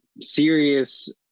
serious